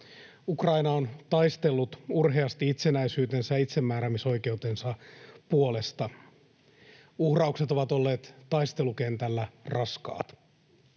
Ukraina on taistellut urheasti itsenäisyytensä ja itsemääräämisoikeutensa puolesta. Uhraukset ovat olleet taistelukentällä raskaat.